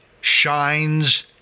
shines